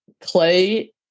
Clay